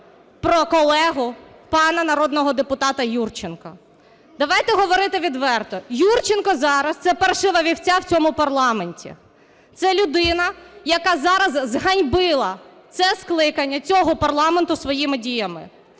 про колегу, пана народного депутата Юрченка. Давайте говорити відверто, Юрченко зараз – це паршива вівця в цьому парламенті. Це людина, яка зараз зганьбила це скликання цього парламенту своїми діями.